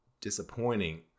disappointing